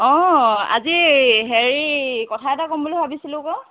অ আজি হেৰি কথা এটা ক'ম বুলি ভাবিছিলোঁ আকৌ